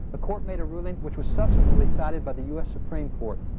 ah court made a ruling, which was subsequently cited by the u s. supreme court.